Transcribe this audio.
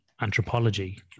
anthropology